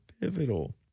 pivotal